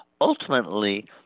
ultimately